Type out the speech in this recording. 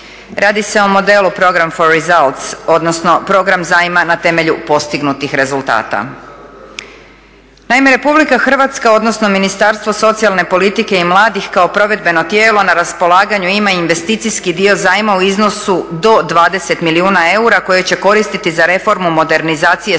Radi se o modelu program for resort odnosno program zajma na temelju postignutih rezultata. Naime, RH odnosno Ministarstvo socijalne politike i mladih kao provedbeno tijelo na raspolaganju ima investicijski dio zajma u iznosu do 20 milijuna eura koje će koristiti za reformu modernizacije sustava socijalne